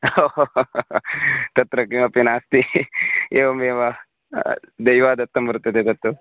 तत्र किमपि नास्ति एवमेव दैवादत्तं वर्तते तत्तु